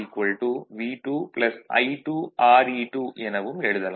V2 I2 Re2 எனவும் எழுதலாம்